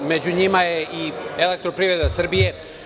Među njima je i „Elektroprivreda Srbije“